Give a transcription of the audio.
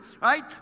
right